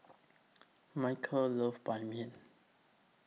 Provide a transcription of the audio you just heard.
Michael loves Ban Mian